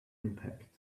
impact